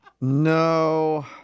No